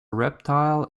reptile